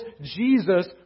Jesus